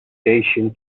dacian